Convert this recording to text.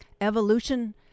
Evolution